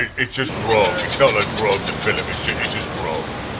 it's just grog. it's not like grog the phillip. it's yeah it's just grog.